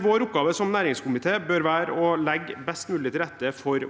Vår oppgave som næringskomité bør være å legge best mulig til rette for